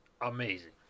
amazing